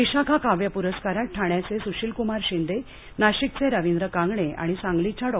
विशाखा काव्य प्रस्कारांत ठाण्याचे स्शीलक्मार शिंदे नाशिकचे रविंद्र कांगणे आणि सांगलीच्या डॉ